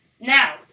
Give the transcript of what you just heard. Now